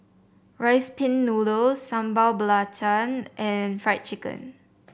Rice Pin Noodles Sambal Belacan and Fried Chicken